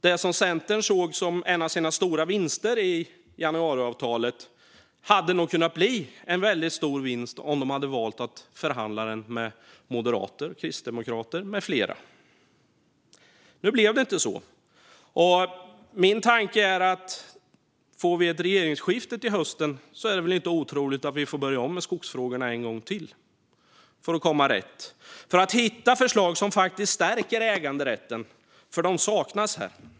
Det som Centern såg som en av sina stora vinster i januariavtalet hade nog kunnat bli en väldigt stor vinst om de hade valt att förhandla med moderater, kristdemokrater med flera. Nu blev det inte så. Min tanke är att det, om vi får ett regeringsskifte till hösten, inte är otroligt att vi får börja om med skogsfrågorna en gång till för att komma rätt. Då kan vi hitta förslag som faktiskt stärker äganderätten, för de saknas här.